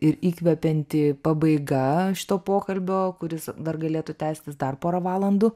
ir įkvepianti pabaiga šito pokalbio kuris dar galėtų tęstis dar pora valandų